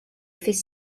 fis